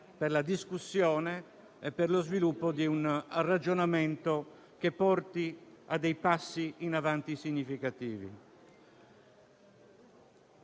per la discussione e per lo sviluppo di un ragionamento che porti a dei passi in avanti significativi.